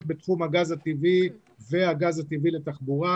בתחום הגז הטבעי והגז הטבעי לתחבורה,